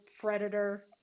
predator